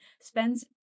spends